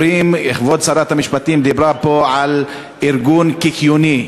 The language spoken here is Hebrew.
כבוד שרת המשפטים דיברה פה על ארגון קיקיוני.